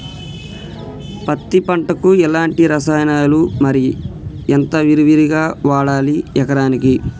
పత్తి పంటకు ఎలాంటి రసాయనాలు మరి ఎంత విరివిగా వాడాలి ఎకరాకి?